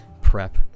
prep